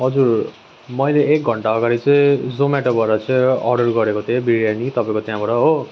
हजुर मैले एक घन्टा अगाडि चाहिँ जोमेटोबाट चाहिँ अर्डर गरेको चाहिँ बिरियानी तपाईँको त्यहाँबाट हो